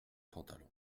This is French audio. pantalon